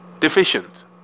Deficient